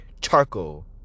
charcoal